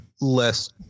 less